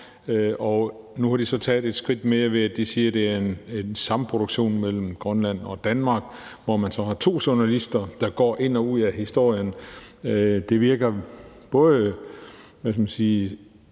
i. Nu har de så taget et skridt mere ved at sige, at det er en samproduktion mellem Grønland og Danmark, hvor man så har to journalister, der går ind og ud af historien. Det virker både – hvad kan man sige